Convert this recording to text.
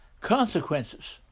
consequences